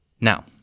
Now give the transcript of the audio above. Now